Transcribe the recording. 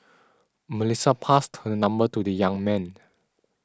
Melissa passed her number to the young man